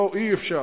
לא, אי-אפשר.